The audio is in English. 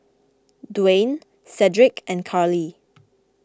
Dwaine Sedrick and Carleigh